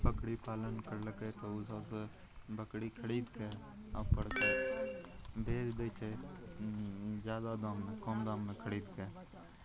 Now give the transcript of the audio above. बकरी पालन करलकै तऽ ओसबसे बकरी खरिदके आओर ओकरा बेचि दै छै जादा दाम कम दाममे खरिदके